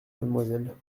mademoiselle